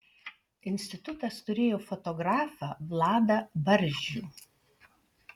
institutas turėjo fotografą vladą barzdžių